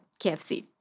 KFC